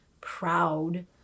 proud